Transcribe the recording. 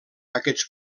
aquests